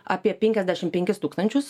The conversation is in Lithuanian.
apie penkiasdešimt penkis tūkstančius